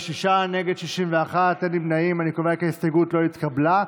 יואב קיש ודוד אמסלם אחרי סעיף 1 לא נתקבלה.